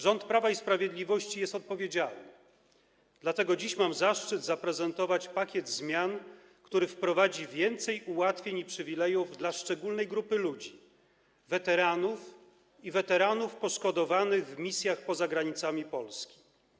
Rząd Prawa i Sprawiedliwości jest odpowiedzialny, dlatego dziś mam zaszczyt zaprezentować pakiet zmian, który wprowadzi więcej ułatwień i przywilejów dla szczególnej grupy ludzi: weteranów i weteranów poszkodowanych w misjach poza granicami Polski.